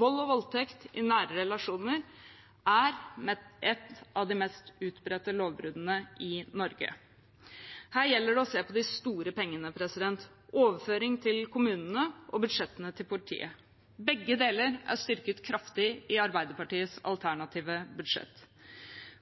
Vold og voldtekt i nære relasjoner er et av de mest utbredte lovbruddene i Norge. Her gjelder det å se på de store pengene: overføringene til kommunene og budsjettene til politiet. Begge deler er styrket kraftig i Arbeiderpartiets alternative budsjett.